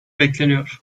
bekleniyor